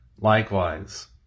likewise